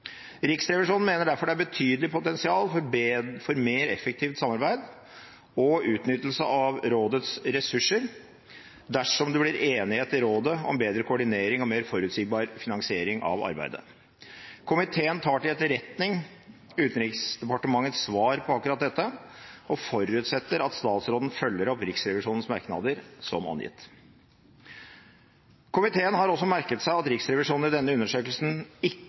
Riksrevisjonen mener derfor det er betydelig potensial for mer effektivt samarbeid og utnyttelse av rådets ressurser dersom det blir enighet i rådet om bedre koordinering og mer forutsigbar finansiering av arbeidet. Komiteen tar til etterretning Utenriksdepartementets svar på akkurat dette, og forutsetter at statsråden følger opp Riksrevisjonens merknader som angitt. Komiteen har også merket seg at Riksrevisjonen i denne undersøkelsen ikke